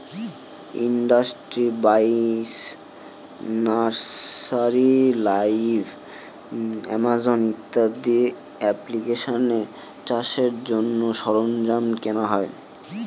industry বাইশ, nursery live, Amazon ইত্যাদি এপ্লিকেশানে চাষের জন্য সরঞ্জাম কেনা হয়